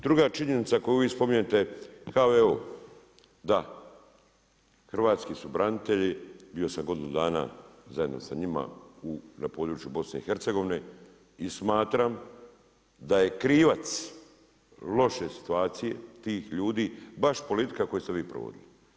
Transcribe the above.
Druga činjenica koju vi spominjete, HVO, da, hrvatski su branitelji, bio sam godinu dana zajedno sa njima na području BiH-a, i smatram da je krivac loše situacije tih ljudi, baš politika koju ste vi provodili.